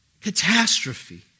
catastrophe